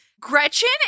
Gretchen